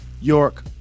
York